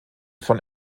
von